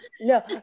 no